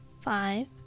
Five